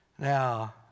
Now